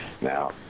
Now